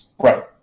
Right